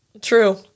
True